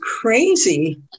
crazy